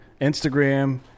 Instagram